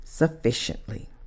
sufficiently